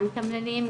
גם מתמללים,